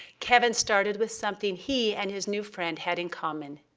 kevin started with something he and his new friend had in common.